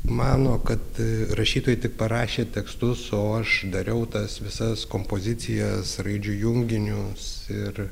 mano kad rašytojai tik parašė tekstus o aš dariau tas visas kompozicijas raidžių junginius ir